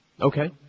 Okay